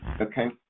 Okay